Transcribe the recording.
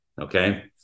Okay